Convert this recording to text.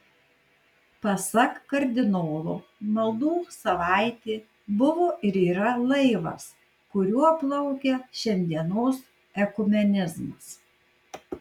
pasak kardinolo maldų savaitė buvo ir yra laivas kuriuo plaukia šiandienos ekumenizmas